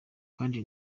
kandi